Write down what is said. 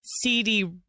CD